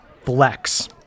Flex